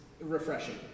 refreshing